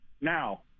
Now